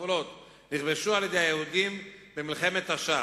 "נכבשו" על-ידי היהודים במלחמת תש"ח.